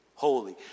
holy